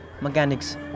mechanics